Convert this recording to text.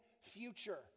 future